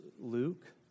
Luke